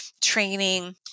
training